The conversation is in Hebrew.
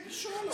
מי שואל אותו?